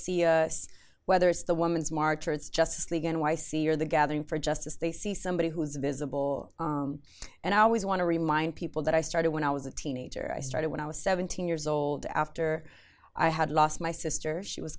see whether it's the woman's march or it's justice league n y c or the gathering for justice they see somebody who is visible and i always want to remind people that i started when i was a teenager i started when i was seventeen years old after i had lost my sister she was